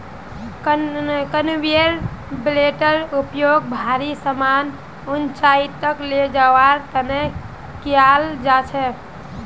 conveyor बेल्टेर उपयोग भारी समान ऊंचाई तक ले जवार तने कियाल जा छे